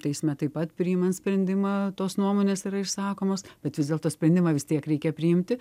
teisme taip pat priimant sprendimą tos nuomonės yra išsakomos bet vis dėlto sprendimą vis tiek reikia priimti